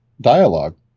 dialogue